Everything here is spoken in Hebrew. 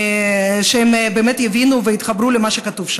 שהם באמת יבינו ויתחברו למה שכתוב שם.